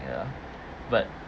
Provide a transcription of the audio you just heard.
ya but